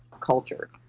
culture